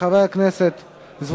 התקבלה ברוב של 27 חברי הכנסת,